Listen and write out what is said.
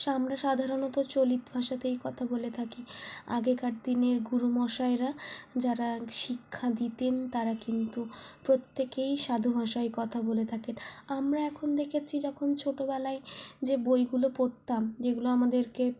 আমরা সাধারণত চলিত ভাষাতেই কথা বলে থাকি আগেকার দিনের গুরুমশায়েরা যাঁরা শিক্ষা দিতেন তাঁরা কিন্তু প্রত্যেকেই সাধু ভাষায় কথা বলে থাকেন আমরা এখন দেখেছি যখন ছোটোবেলায় যে বইগুলো পড়তাম যেগুলো আমাদেরকে